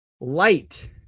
light